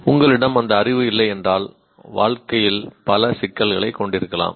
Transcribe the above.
உங்களிடம் அந்த அறிவு இல்லையென்றால் வாழ்க்கையில் பல சிக்கல்களைக் கொண்டிருக்கலாம்